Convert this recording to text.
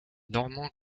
normands